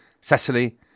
Cecily